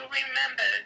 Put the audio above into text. remember